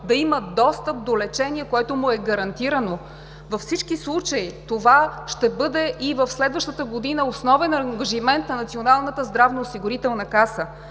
да има достъп до лечение, което му е гарантирано. Във всички случаи това ще бъде и в следващата година основен ангажимент на Националната здравноосигурителна каса.